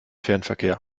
fernverkehr